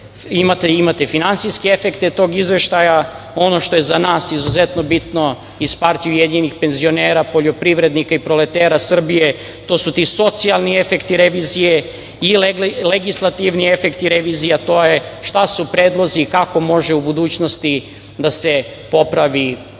imate finansijske efekte tog izveštaja. Ono što je za nas izuzetno bitno iz Partije ujedinjenih penzionera, poljoprivrednika i proletera Srbije, to su ti socijalni efekti revizije i legislativni efekti revizije, a to je šta su predlozi i kako može u budućnosti da se popravi stanje. Ono